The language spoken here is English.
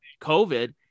covid